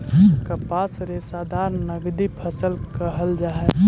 कपास रेशादार नगदी फसल कहल जा हई